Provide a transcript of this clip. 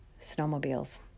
snowmobiles